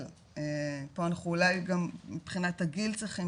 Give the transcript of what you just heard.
אבל פה אנחנו אולי גם מבחינת הגיל צריכים